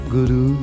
Guru